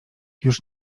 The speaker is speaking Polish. już